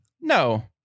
no